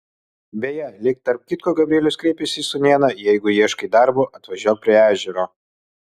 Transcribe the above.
beje lyg tarp kitko gabrielius kreipėsi į sūnėną jeigu ieškai darbo atvažiuok prie ežero